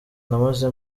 namaze